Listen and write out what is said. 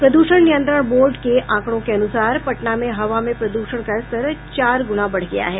प्रदूषण नियंत्रण बोर्ड के आंकड़ों के अनुसार पटना में हवा में प्रदूषण का स्तर चार गुना बढ़ गया है